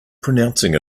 pronouncing